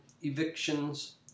evictions